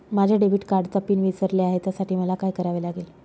माझ्या डेबिट कार्डचा पिन विसरले आहे त्यासाठी मला काय करावे लागेल?